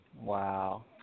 Wow